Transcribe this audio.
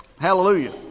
Hallelujah